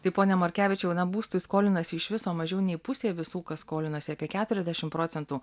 taip ponia markevičiau na būstui skolinasi iš viso mažiau nei pusė visų kas skolinasi apie keturiasdešimt procentų